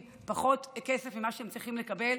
פחות כסף ממה שהם צריכים לקבל,